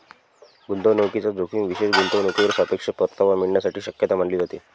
गुंतवणूकीचा जोखीम विशेष गुंतवणूकीवर सापेक्ष परतावा मिळण्याची शक्यता मानली जाते